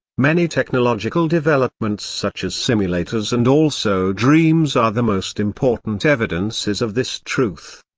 many technological developments such as simulators and also dreams are the most important evidences of this truth.